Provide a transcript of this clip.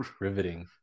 Riveting